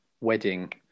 wedding